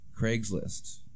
Craigslist